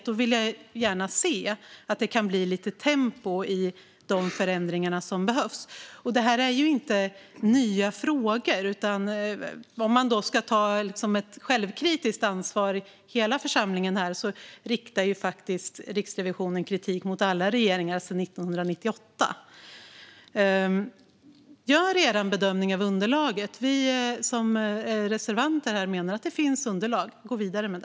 Då vill jag gärna se att det kan bli lite tempo när det gäller de förändringar som behövs. Detta är inte nya frågor. Om hela denna församling ska ta ett självkritiskt ansvar så riktar faktiskt Riksrevisionen kritik mot alla regeringar sedan 1998. Gör er bedömning av underlaget! Vi reservanter menar att det finns underlag att gå vidare med.